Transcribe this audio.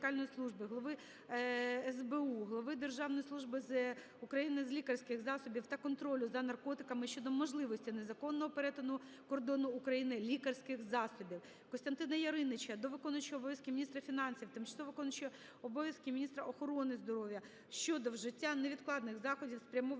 Голови СБУ, голови Державної служби України з лікарських засобів та контролюза наркотиками щодо можливості незаконного перетину кордону України лікарських засобів. КостянтинаЯриніча до виконувача обов'язків міністра фінансів, тимчасово виконуючої обов'язки міністра охорони здоров'я щодо вжиття невідкладних заходів, спрямованих